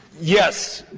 yes,